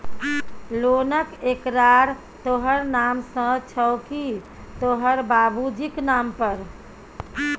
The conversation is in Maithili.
लोनक एकरार तोहर नाम सँ छौ की तोहर बाबुजीक नाम पर